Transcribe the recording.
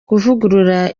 kuvugurura